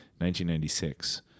1996